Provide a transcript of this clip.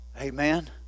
amen